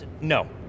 No